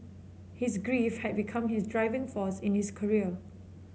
his grief had become his driving force in his career